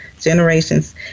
Generations